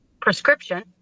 prescription